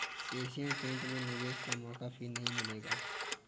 Asian paint में निवेश का मौका फिर नही मिलेगा